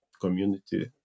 community